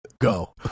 go